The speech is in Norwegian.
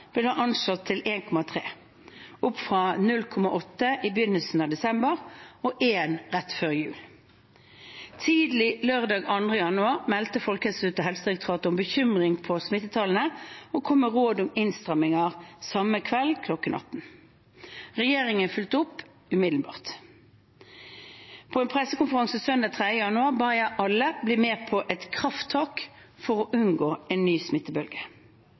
anslått til 1,3 – opp fra 0,8 i begynnelsen av desember og 1,0 rett før jul. Tidlig lørdag 2. januar meldte Folkehelseinstituttet og Helsedirektoratet om bekymring for smittetallene og kom med råd om innstramninger samme kveld kl. 18. Regjeringen fulgte opp umiddelbart. På en pressekonferanse søndag 3. januar ba jeg alle bli med på et krafttak for å unngå en ny smittebølge.